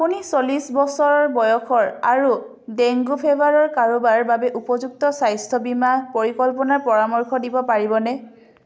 আপুনি চল্লিছ বছৰ বয়সৰ আৰু ডেংগু ফেভাৰৰ কাৰোবাৰ বাবে উপযুক্ত স্বাস্থ্য বীমা পৰিকল্পনাৰ পৰামৰ্শ দিব পাৰিবনে